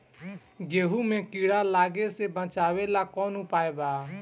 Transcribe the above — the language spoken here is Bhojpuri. गेहूँ मे कीड़ा लागे से बचावेला कौन उपाय बा?